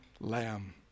lamb